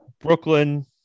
Brooklyn